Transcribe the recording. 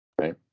Right